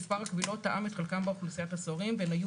מספר הקבילות תאם את חלקם באוכלוסיית הסוהרים והן היו